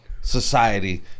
society